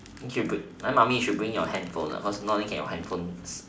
okay good why mummy you should bring your handphone ah cause not only can your handphone's